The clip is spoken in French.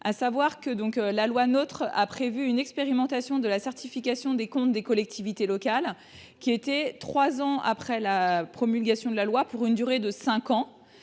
République, dite loi NOTRe, a prévu une expérimentation de la certification des comptes des collectivités locales, trois ans après la promulgation de la loi et pour une durée de cinq ans.